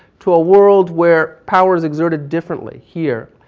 to a world where power is exerted differently here,